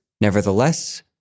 nevertheless